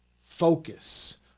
focus